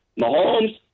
Mahomes